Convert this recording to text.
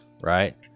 Right